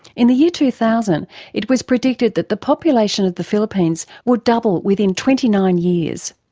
in the year two thousand it was predicted that the population of the philippines would double within twenty nine years.